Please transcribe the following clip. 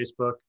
Facebook